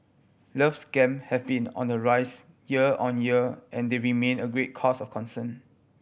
love scam have been on the rise year on year and they remain a great cause of concern